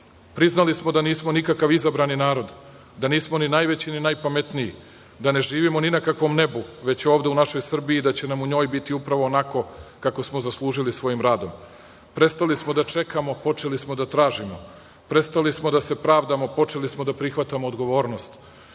Srbiju. Priznali smo da nismo nikakav izabrani narod, da nismo ni najveći ni najpametniji, da ne živimo ni kakvom nebu, već ovde u našoj Srbiji i da će nam u njoj biti upravo onako kako smo zaslužili svojim radom. Prestali smo da čekamo, a počeli smo da tražimo. Prestali smo da se pravdamo, a počeli smo da prihvatamo odgovornost.